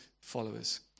followers